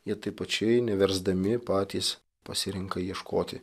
jie taip pačiai neversdami patys pasirenka ieškoti